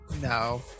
No